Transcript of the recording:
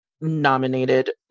nominated